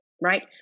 Right